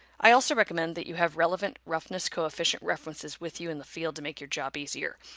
i also recommend that you have relevant roughness coefficient references with you in the field to make your job easier.